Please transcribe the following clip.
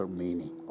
meaning